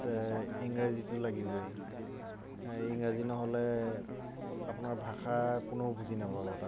তাত ইংৰাজীটো লাগিবই ইংৰাজী নহ'লে আপোনাৰ ভাষা কোনেও বুজি নাপাব তাত